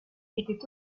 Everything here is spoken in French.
était